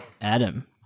Adam